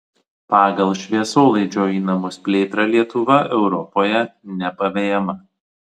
pagal šviesolaidžio į namus plėtrą lietuva europoje nepavejama